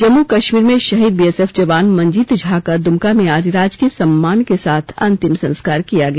जम्मु कश्मीर में शहीद बीएसएफ जवान मंजीत झा का द्मका में आज राजकीय सम्मान के साथ अंतिम संस्कार किया गया